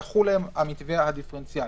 יחול עליהם המתווה הדיפרנציאלי.